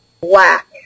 black